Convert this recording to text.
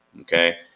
Okay